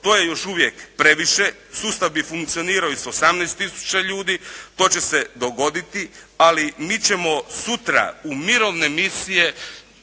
To je još uvijek previše, sustav bi funkcionirao i sa 18 tisuća ljudi, to će se dogoditi, ali mi ćemo sutra u mirovne misije